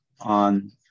on